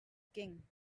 king